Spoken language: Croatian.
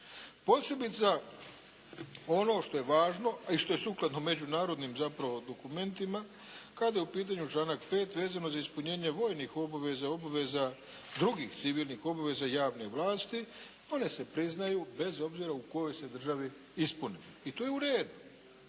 Posebice ono što je važno, a i što je sukladno međunarodnim zapravo dokumentima kada je u pitanju članak 5. vezano za ispunjenje vojnih obveza, obveza drugih civilnih obveza javne vlasti, one se priznaju bez obzira u kojoj se državi ispune i to je u redu.